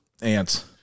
Ants